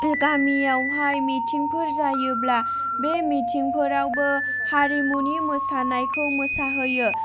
गामियावहाय मिथिंफोर जायोब्ला बे मिथिंफोरावबो हारिमुनि मोसानायखौ मोसा होयो